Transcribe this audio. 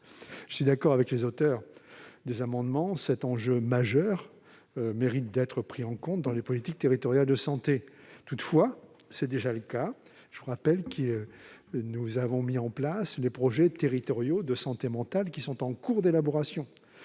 Je suis d'accord avec les auteurs de ces amendements : la santé mentale est un enjeu majeur, qui mérite d'être pris en compte dans les politiques territoriales de santé. Toutefois, c'est déjà le cas. Je rappelle que nous avons mis en place les projets territoriaux de santé mentale, qui sont en cours d'élaboration.